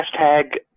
hashtag